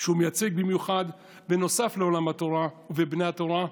שהוא מייצג במיוחד, נוסף לעולם התורה ובני התורה,